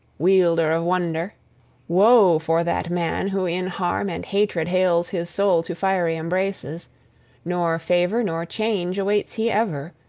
wielder-of-wonder. woe for that man who in harm and hatred hales his soul to fiery embraces nor favor nor change awaits he ever.